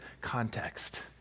context